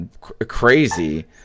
crazy